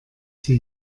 sie